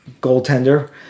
goaltender